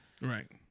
Right